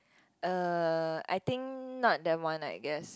uh I think not them one I guess